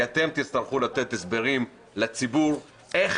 כי אתם תצטרכו לתת הסברים לציבור איך